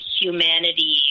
humanity